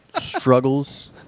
struggles